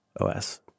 OS